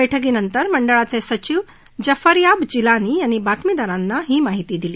बैठकीनंतर मंडळाचे सचिव जफरयाब जिलानी यांनी बातमीदारांना ही माहिती दिली